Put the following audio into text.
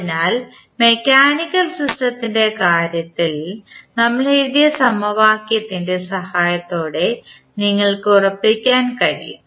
അതിനാൽ മെക്കാനിക്കൽ സിസ്റ്റത്തിൻറെ കാര്യത്തിൽ നമ്മൾ എഴുതിയ സമവാക്യത്തിൻറെ സഹായത്തോടെ നിങ്ങൾക്ക് ഉറപ്പിക്കാൻ കഴിയും